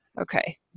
Okay